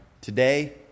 Today